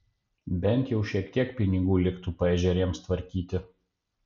bent jau šiek tiek pinigų liktų paežerėms tvarkyti